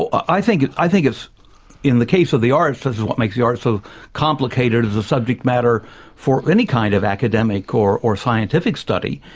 i think i think it's in the case of the arts, that's what makes the arts so complicated as a subject matter for any kind of academic or or scientific study.